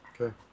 okay